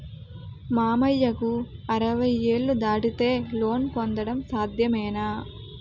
మామయ్యకు అరవై ఏళ్లు దాటితే లోన్ పొందడం సాధ్యమేనా?